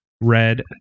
red